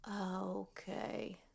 Okay